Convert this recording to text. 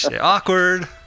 Awkward